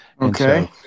Okay